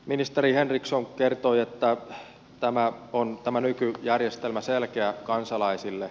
ministeri henriksson kertoi että tämä nykyjärjestelmä on selkeä kansalaisille